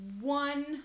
one